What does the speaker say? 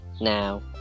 Now